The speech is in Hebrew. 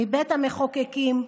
מבית המחוקקים,